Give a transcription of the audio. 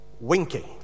Winky